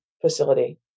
facility